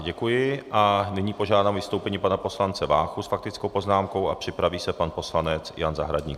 Děkuji a nyní požádám o vystoupení pana poslance Váchu s faktickou poznámkou a připraví se pan poslanec Jan Zahradník.